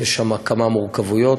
יש שמה כמה מורכבויות,